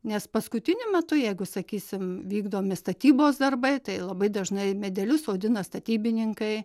nes paskutiniu metu jeigu sakysim vykdomi statybos darbai tai labai dažnai medelius sodina statybininkai